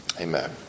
Amen